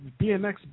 BMX